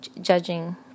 judging